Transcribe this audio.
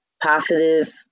positive